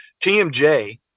TMJ